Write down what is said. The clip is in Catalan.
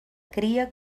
cria